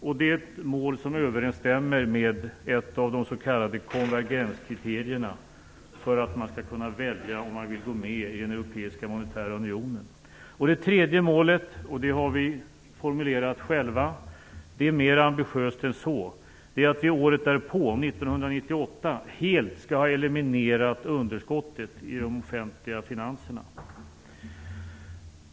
Det är ett mål som överensstämmer med ett av de s.k. konvergenskriterierna, för att man skall kunna välja om man gå med i den europeiska monetära unionen. Det tredje målet har vi formulerat själva, och det är mer ambitiöst än så. Året därpå, 1998, skall vi helt ha eliminerat underskottet i de offentliga finanserna.